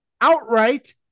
outright